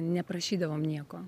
neprašydavom nieko